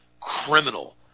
criminal